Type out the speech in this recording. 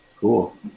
Cool